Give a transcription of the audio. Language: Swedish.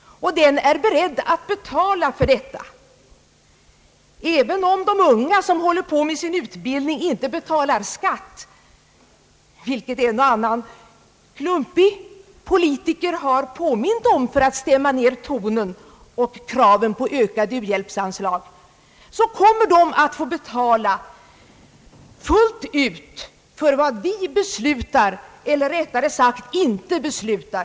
Och den är beredd att betala för detta. även om de unga som håller på med sin utbildning inte betalar skatt, vilket en och annan klumpig politiker har påmint om för att stämma ner tonen och kraven på ökade u-hjälpsanslag, så kommer de att få betala fullt ut för vad vi beslutar eller rättare sagt inte beslutar.